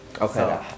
Okay